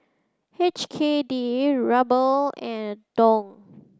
H K D Ruble and Dong